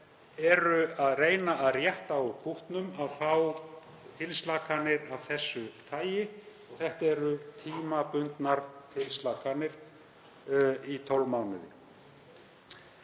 eru að reyna að rétta úr kútnum, að fá tilslakanir af þessu tagi. Þetta eru tímabundnar tilslakanir í 12 mánuði.